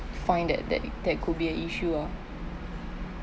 find that that that could be an issue ah